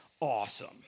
awesome